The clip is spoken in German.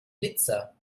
blitzer